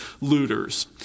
looters